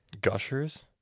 Gushers